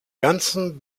ganzen